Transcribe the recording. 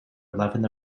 eleven